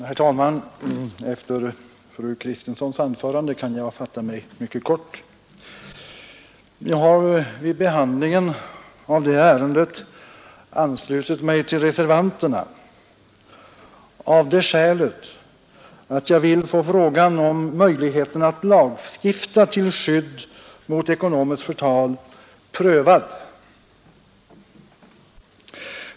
Herr talman! Efter fru Kristenssons anförande kan jag fatta mig mycket kort. Jag har vid behandlingen av detta ärende anslutit mig till reservanterna av det skälet att jag vill få frågan om möjligheten att lagstifta till skydd mot ekonomiskt förtal prövad.